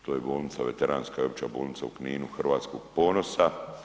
To je bolnica veteranska i opća bolnica u Kninu Hrvatskog ponosa.